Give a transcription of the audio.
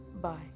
Bye